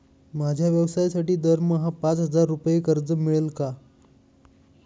माझ्या व्यवसायासाठी दरमहा पाच हजार रुपये कर्ज मिळेल का?